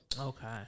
Okay